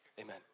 Amen